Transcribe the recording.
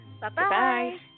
Bye-bye